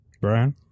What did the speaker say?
Brian